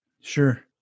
sure